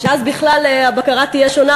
שאז בכלל הבקרה תהיה שונה,